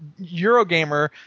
Eurogamer